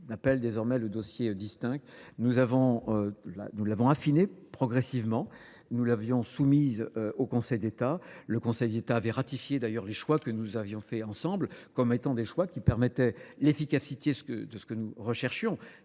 appelle désormais le dossier distinct. Nous l'avons affiné progressivement. Nous l'avions soumise au Conseil d'État. Le Conseil d'État avait ratifié d'ailleurs les choix que nous avions fait ensemble, comme étant des choix qui permettaient l'efficacité de ce que nous recherchions,